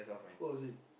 what was it